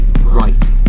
Right